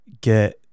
get